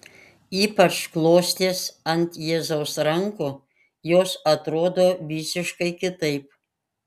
ypač klostės ant jėzaus rankų jos atrodo visiškai kitaip